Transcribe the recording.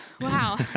Wow